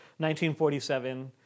1947